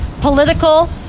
political